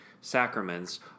sacraments